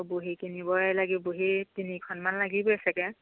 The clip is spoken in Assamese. আকৌ বহী কিনিবই লাগিব বহী তিনিখনমান লাগিবই চাগে